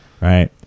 right